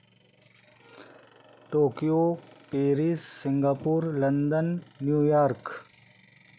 Tokyo Paris Singapore London New York